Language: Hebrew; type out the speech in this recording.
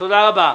תודה רבה.